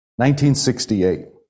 1968